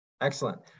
Excellent